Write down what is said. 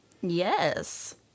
Yes